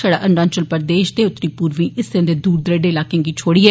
छड़ा अरूणाचल प्रदेश दे उत्तरी पूर्वी हिस्सें दे दूर आले इलाकें गी छोड़िए